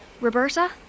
Roberta